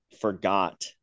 forgot